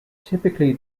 typically